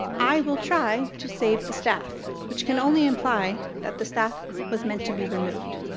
i will try to save the staff, which can only imply that the staff was meant to be removed.